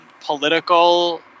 political